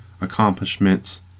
accomplishments